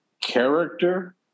character